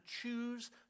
choose